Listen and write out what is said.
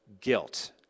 guilt